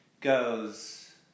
goes